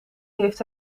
heeft